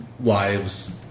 lives